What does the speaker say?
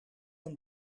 een